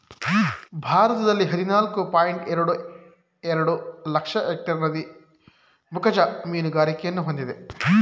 ಭಾರತದಲ್ಲಿ ಹದಿನಾಲ್ಕು ಪಾಯಿಂಟ್ ಎರಡು ಎರಡು ಲಕ್ಷ ಎಕ್ಟೇರ್ ನದಿ ಮುಖಜ ಮೀನುಗಾರಿಕೆಯನ್ನು ಹೊಂದಿದೆ